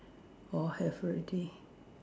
all have already